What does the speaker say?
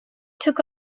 took